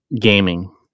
gaming